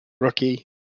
rookie